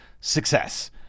success